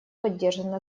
поддержана